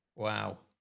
wow.